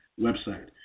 website